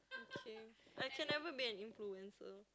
okay I can never be an influencer